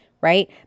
right